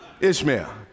Ishmael